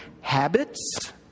habits